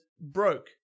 Broke